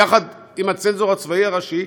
ויחד עם הצנזור הצבאי הראשי,